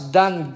done